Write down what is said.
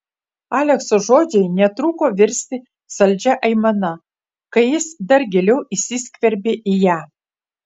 alekso žodžiai netruko virsti saldžia aimana kai jis dar giliau įsiskverbė į ją